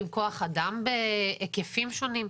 עם כוח אדם בהיקפים שונים.